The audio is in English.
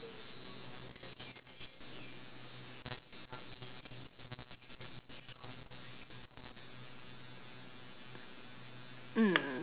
mm